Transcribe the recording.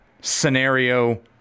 scenario